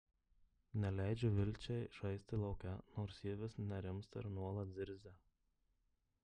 neleidžiu vilčiai žaisti lauke nors ji vis nerimsta ir nuolat zirzia